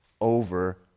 over